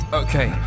okay